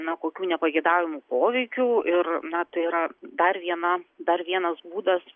na kokių nepageidaujamų poveikių ir na tai yra dar viena dar vienas būdas